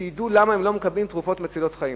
שידעו למה הם לא מקבלים תרופות מצילות חיים.